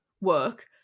work